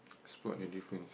spot the difference